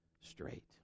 straight